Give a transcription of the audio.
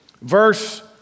Verse